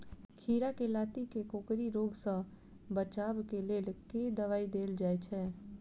खीरा केँ लाती केँ कोकरी रोग सऽ बचाब केँ लेल केँ दवाई देल जाय छैय?